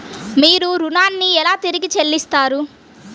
మీరు ఋణాన్ని ఎలా తిరిగి చెల్లిస్తారు?